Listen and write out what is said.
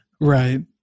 Right